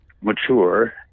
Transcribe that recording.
mature